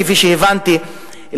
כפי שהבנתי,